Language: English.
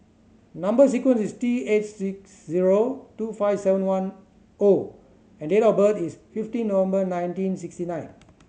number sequence is T eight six zero two five seven one O and date of birth is fifteen November nineteen sixty nine